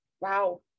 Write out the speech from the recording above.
Wow